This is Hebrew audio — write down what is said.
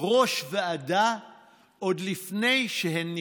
ראש ועדה עוד לפני שהן נכנסו,